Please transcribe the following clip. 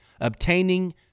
Obtaining